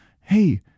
Hey